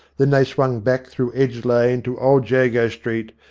then they swung back through edge lane to old jago street,